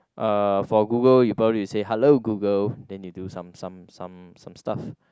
uh for Google you probably have to say hello Google then you do some some some some stuff